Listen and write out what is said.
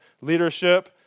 leadership